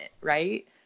right